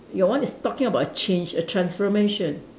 your one is talking about a change a transformation